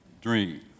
dream